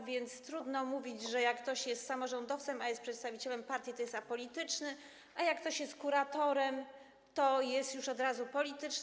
A więc trudno mówić, że jak ktoś jest samorządowcem i jest przedstawicielem partii, to jest apolityczny, a jak ktoś jest kuratorem, to jest już od razu polityczny.